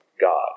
God